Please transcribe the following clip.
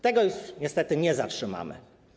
Tego już niestety nie zatrzymamy.